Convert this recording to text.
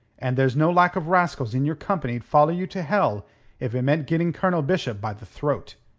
and there's no lack of rascals in your company'd follow you to hell if it meant getting colonel bishop by the throat.